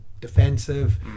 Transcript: defensive